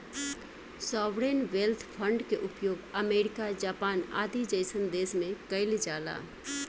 sovereign wealth fund के उपयोग America Japan आदि जईसन देश में कइल जाला